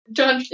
John